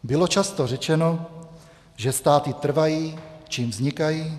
Bylo často řečeno, že státy trvají, čím vznikají.